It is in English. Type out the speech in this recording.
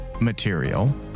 material